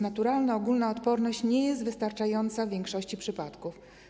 Naturalna ogólna odporność nie jest wystarczająca w większości przypadków.